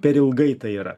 per ilgai tai yra